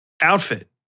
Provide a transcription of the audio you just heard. outfit